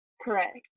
Correct